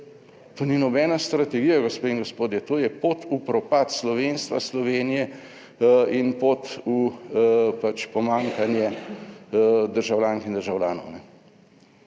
To ni nobena strategija, gospe in gospodje, to je pot v propad slovenstva, Slovenije in pot v pač pomanjkanje državljank in državljanov.